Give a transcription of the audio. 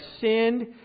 sinned